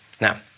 Now